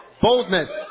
Boldness